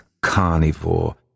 carnivore